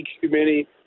community